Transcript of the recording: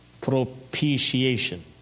propitiation